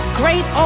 great